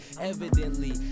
Evidently